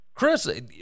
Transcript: Chris